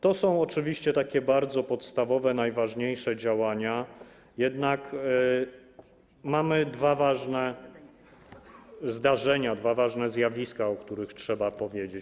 To są oczywiście takie bardzo podstawowe, najważniejsze działania, jednak mamy dwa ważne zdarzenia, dwa ważne zjawiska, o których też trzeba powiedzieć.